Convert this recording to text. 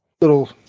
little